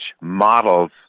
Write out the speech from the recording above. models